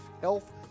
health